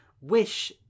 wish